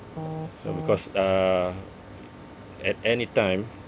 so because uh at any time